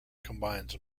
combines